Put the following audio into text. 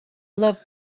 loved